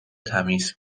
تمیز